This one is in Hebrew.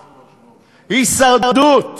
הישרדות.